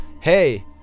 hey